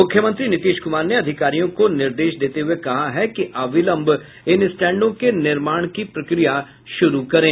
मुख्यमंत्री नीतीश कुमार ने अधिकारियों को निर्देश देते हुये कहा है कि अविलंब इन स्टैंडों के निर्माण की प्रक्रिया शुरू करें